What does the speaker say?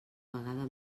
vegada